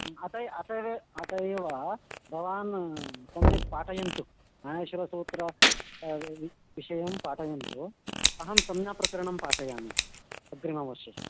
अतः अतः ह अतः एव भवान् सम्यक् पाठयतु माहेश्वरसूत्र व् विषयं पाठयतु अहं संज्ञाप्रकरणं पाठयामि अग्रिमवर्षे